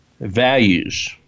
values